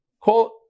Call